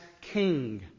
King